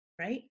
right